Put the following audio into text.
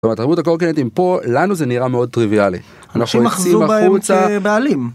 תרבות הקורקנטים פה, לנו זה נראה מאוד טריוויאלי, אנשים מחזיקים בהם בעלים.